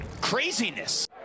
craziness